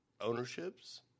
ownerships